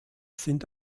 sind